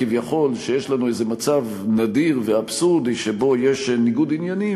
שכביכול יש לנו איזה מצב נדיר ואבסורדי שבו יש ניגוד עניינים,